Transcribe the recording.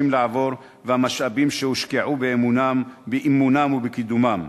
לעבור והמשאבים שהושקעו באימונם ובקידומם.